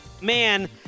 man